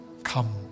come